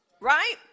right